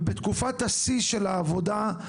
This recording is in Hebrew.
ובתקופת השיא של העבודה,